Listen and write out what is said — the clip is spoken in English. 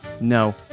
No